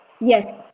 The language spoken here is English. Yes